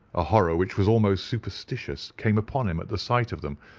a horror which was almost superstitious came upon him at the sight of them.